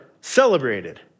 celebrated